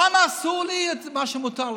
למה אסור לי את מה שמותר לך?